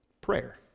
Prayer